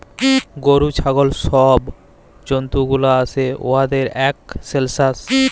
গরু, ছাগল ছব জল্তুগুলা আসে উয়াদের ইকট সেলসাস